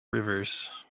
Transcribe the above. rivers